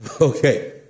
Okay